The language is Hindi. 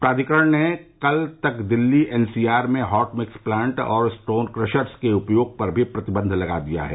प्राधिकरण ने कल तक दिल्ली एनसीआर में हॉट मिक्स प्लांट और स्टोन क्रशर्स के उपयोग पर भी प्रतिबंध लगा दिया है